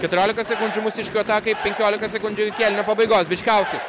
keturiolika sekundžių mūsiškių atakai penkiolika sekundžių iki kėlinio pabaigos bičkauskis